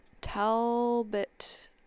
Talbot